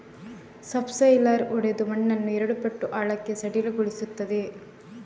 subsoiler ಒಡೆದು ಮಣ್ಣನ್ನು ಎರಡು ಪಟ್ಟು ಆಳಕ್ಕೆ ಸಡಿಲಗೊಳಿಸುತ್ತದೆ